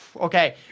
Okay